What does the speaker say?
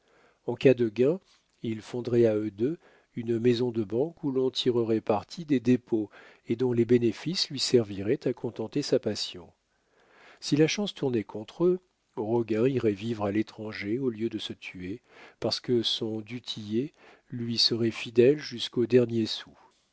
en cas de gain ils fonderaient à eux deux une maison de banque où l'on tirerait parti des dépôts et dont les bénéfices lui serviraient à contenter sa passion si la chance tournait contre eux roguin irait vivre à l'étranger au lieu de se tuer parce que son du tillet lui serait fidèle jusqu'au dernier sou